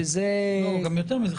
שזה --- יותר מזה.